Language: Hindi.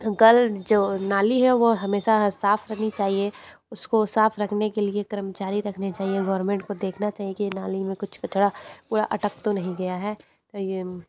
जो नाली है वो हमेशा साफ रखनी चाहिए उसको साफ रखने के लिए कर्मचारी रखने चाहिए गोवरमेंट को देखना चाहिए कि ये नाली में कुछ कचड़ा कूड़ा अटक तो नहीं गया है तो ये